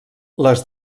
les